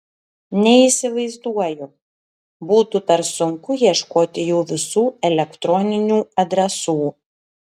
neįsivaizduoju būtų per sunku ieškoti jų visų elektroninių adresų